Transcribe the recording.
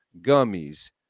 gummies